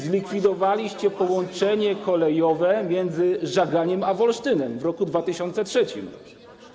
Zlikwidowaliście połączenie kolejowe między Żaganiem a Wolsztynem w roku 2003.